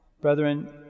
brethren